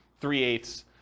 three-eighths